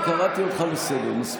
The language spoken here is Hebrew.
אני קורא אותך לסדר פעם ראשונה.